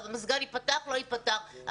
המזגן ייפתח או לא ייפתח,